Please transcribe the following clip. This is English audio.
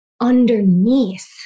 underneath